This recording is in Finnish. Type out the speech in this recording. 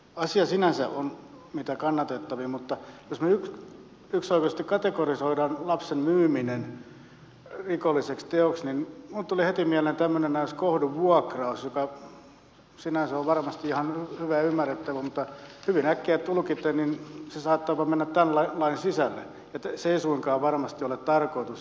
asia sinänsä on mitä kannatettavin mutta jos me yksioikoisesti kategorisoimme lapsen myymisen rikolliseksi teoksi niin minulle tuli heti mieleen tämmöinen ajatus kuin kohdunvuokraus joka sinänsä on varmasti ihan hyvä ja ymmärrettävä asia mutta hyvin äkkiä tulkiten se saattaa jopa mennä tämän lain sisälle ja se ei suinkaan varmasti ole tarkoitus